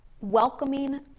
welcoming